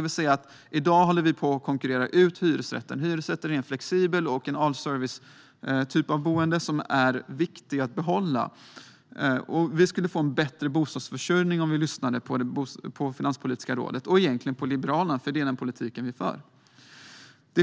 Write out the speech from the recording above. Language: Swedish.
hyresrätter. I dag håller vi på att konkurrera ut hyresrätten. Hyresrätten är flexibel och en typ av allserviceboende som är viktig att behålla. Vi skulle få en bättre bostadsförsörjning om vi lyssnade på Finanspolitiska rådet - och egentligen på Liberalerna, eftersom det är den politik som vi för.